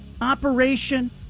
operation